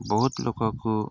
ବହୁତ ଲୋକକୁ